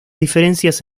diferencias